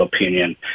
opinion